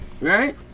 Right